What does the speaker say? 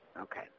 Okay